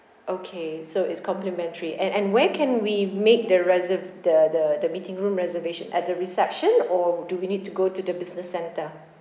okay so it's complimentary and and where can we make the reserv~ the the the meeting room reservation at the reception or do we need to go to the business centre